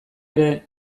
ere